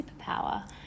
superpower